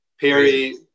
Perry